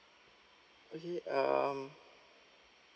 okay um